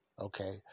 Okay